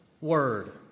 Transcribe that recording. word